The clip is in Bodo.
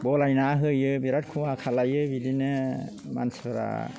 गलायना होयो बिराद खहा खालायो बिदिनो मानसिफोरा